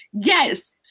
yes